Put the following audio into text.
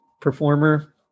performer